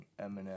Eminem